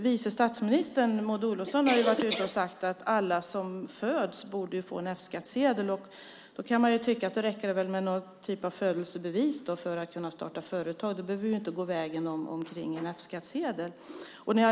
Vice statsminister Maud Olofsson har sagt att alla som föds borde få en F-skattsedel. Då räcker det med någon typ av födelsebevis för att starta företag. Då behöver vi inte gå vägen över en F-skattsedel.